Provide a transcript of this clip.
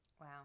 Wow